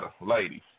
ladies